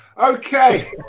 Okay